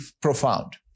profound